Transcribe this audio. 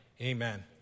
Amen